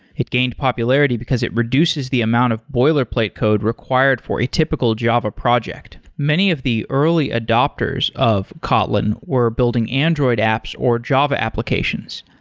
it gained popularity because it reduces the amount of boiler plate code required for a typically java project. many of the early adopters of kotlin were building android apps or java applications,